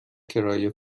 کرایه